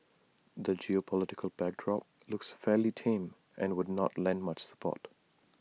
the geopolitical backdrop looks fairly tame and would not lend much support